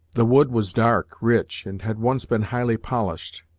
the wood was dark, rich, and had once been highly polished,